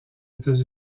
états